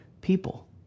people